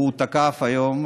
הוא תקף היום,